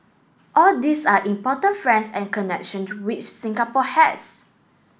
all these are important friends and connection to which Singapore has